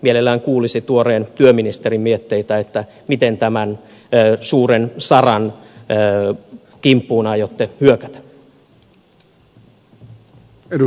mielellään kuulisi tuoreen työministerin mietteitä miten tämän suuren saran kimppuun aiotte hyökätä